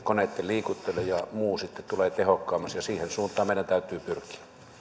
koneitten liikuttelu ja muu sitten tulee tehokkaammaksi ja siihen suuntaan meidän täytyy pyrkiä